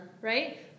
right